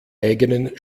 eigenen